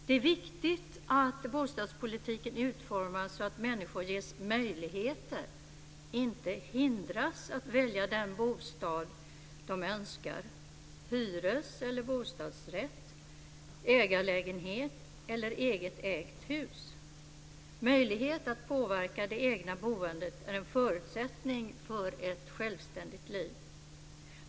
Det är viktigt att bostadspolitiken utformas så att människor ges möjligheter, inte hindras, att välja den bostad de önskar - hyres eller bostadsrätt, ägarlägenhet eller eget ägt hus. Möjlighet att påverka det egna boendet är en förutsättning för ett självständigt liv.